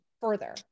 further